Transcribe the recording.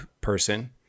person